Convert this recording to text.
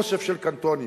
אוסף של קנטונים.